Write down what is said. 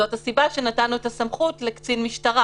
זו הסיבה לכך שאנחנו נתנו את הסמכות לקצין משטרה.